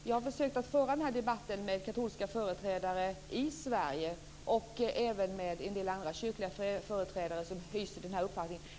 Jag har försökt föra den debatten med katolska företrädare i Sverige och även med en del andra kyrkliga företrädare som hyser denna uppfattning.